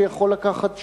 שיכול לקחת שנים,